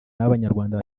b’abanyarwanda